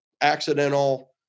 accidental